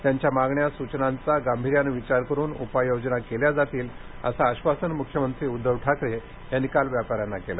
त्यांच्या मागण्या सूचनांचा गांभिर्याने विचार करून उपाययोजना केल्या जातील असं आश्वासन मुख्यमंत्री उद्धव ठाकरे यांनी काल व्यापाऱ्यांना केलं